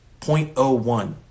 0.01